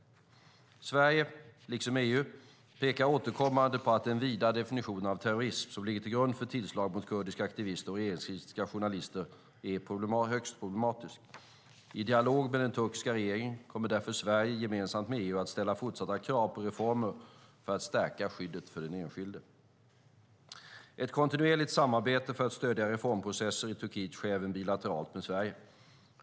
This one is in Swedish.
Sverige, liksom EU, pekar återkommande på att den vida definition av terrorism, som ligger till grund för tillslag mot kurdiska aktivister och regeringskritiska journalister, är högst problematisk. I dialog med den turkiska regeringen kommer därför Sverige gemensamt med EU att ställa fortsatta krav på reformer för att stärka skyddet för den enskilde. Ett kontinuerligt samarbete för att stödja reformprocesser i Turkiet sker även bilateralt med Sverige.